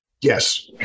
Yes